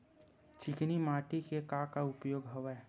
चिकनी माटी के का का उपयोग हवय?